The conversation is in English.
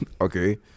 Okay